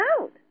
out